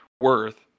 worth